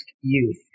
youth